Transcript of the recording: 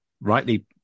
rightly